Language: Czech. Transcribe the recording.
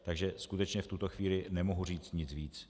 Takže skutečně v tuto chvíli nemohu říct nic víc.